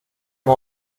una